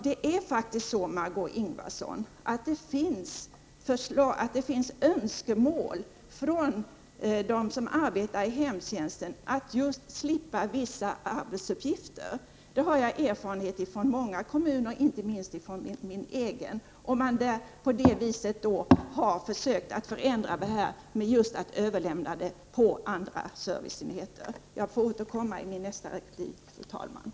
Det finns faktiskt önskemål från dem som arbetar inom hemtjänsten att slippa vissa arbetsuppgifter. Det har jag erfarenheter av från många kommuner, inte minst från min egen. Man har försökt att ändra arbetssituationen genom att överlämna vissa arbetsuppgifter på andra serviceenheter.